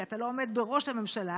כי אתה לא עומד בראש הממשלה,